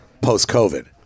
post-COVID